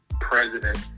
president